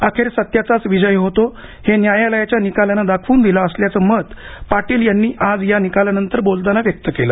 अखेर सत्याचाच विजय होतो हे न्यायालयाच्या निकालाने दाखवून दिले असल्याचे मत पाटील यांनी आज या निकालानंतर बोलताना व्यक्त केलं